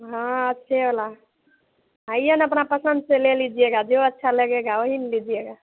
हाँ अच्छा वाला है आइए ना अपनी पसन्द से ले लीजिएगा जो अच्छा लगेगा वही ना लीजिएगा